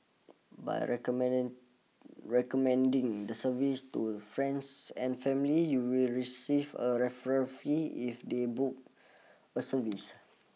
by recommend recommending the service to friends and family you will receive a referral fee if they book a service